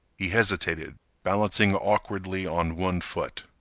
he hesitated, balancing awkwardly on one foot.